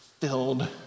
filled